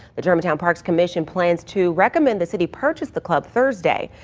the germantown parks commission plans to recommend the city purchase the club thursday.